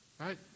Right